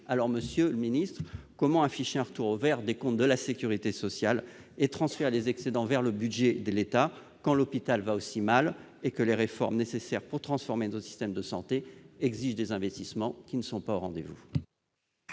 dépourvu. Monsieur le ministre, comment afficher un retour au vert des comptes de la sécurité sociale et transférer les excédents vers le budget de l'État quand l'hôpital va aussi mal et quand les réformes nécessaires pour transformer nos systèmes de santé exigent des investissements qui ne sont pas au rendez-vous ?